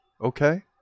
Okay